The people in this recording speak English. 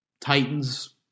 Titans